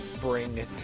bring